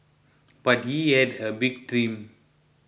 but he had a big dream